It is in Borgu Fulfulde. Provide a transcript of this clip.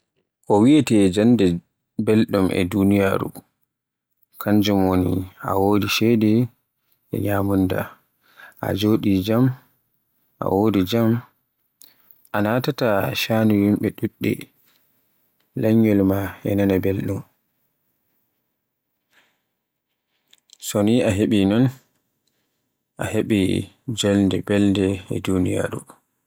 Ko wiyeete jonde belde e duniyaaru. Kanjum woni a wodi ceede, e ñyamunda. A jodi jaam, a wodi jaam. A natata sha'anu yimɓe ɗuɗɗe. Lanyol maa e nanaai belɗum. So ni e heɓi mon, a heɓi jonde belde e duniyaaru.